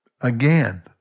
again